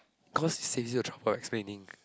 cause it saves you the trouble explaining